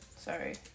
sorry